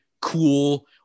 cool